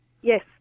Yes